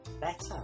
Better